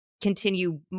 continue